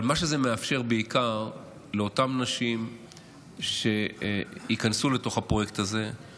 מה שזה מאפשר לאותן נשים שייכנסו לתוך הפרויקט הזה זה